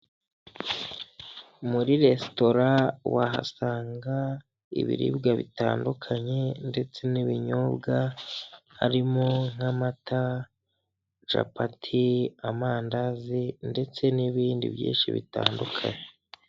Muri resitora wahasanga ibiribwa bitandukanye ndetse n'ibinyobwa: harimo nk'amata, capati, amandazi ndetse n'ibindi byinshi bitandukanye.